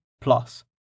plus